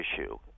issue